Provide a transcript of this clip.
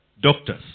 doctors